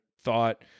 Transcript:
thought